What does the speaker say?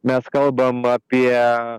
mes kalbam apie